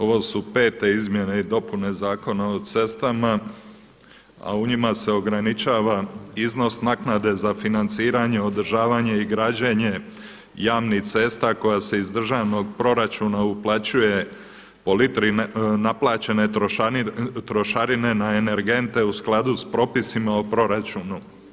Ovu su 5. izmjene i dopune Zakona o cestama a u njima se ograničava iznos naknade za financiranje, održavanje i građenje javnih cesta koja se iz državnog proračuna uplaćuje po litri naplaćene trošarine na energente u skladu sa propisima o proračunu.